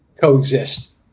coexist